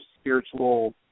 spiritual